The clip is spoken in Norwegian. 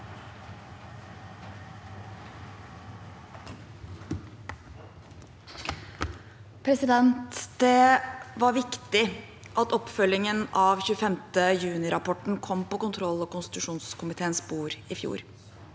Det var viktig at oppfølgingen av 25. juni-rapporten kom på kontroll- og konstitusjonskomiteens bord i fjor.